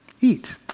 Eat